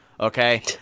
okay